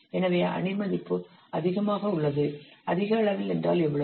எனவே அணி மதிப்பு அதிகமாக உள்ளது அதிக அளவில் என்றால் எவ்வளவு